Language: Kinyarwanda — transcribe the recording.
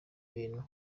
bintu